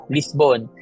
Lisbon